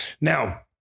Now